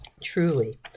truly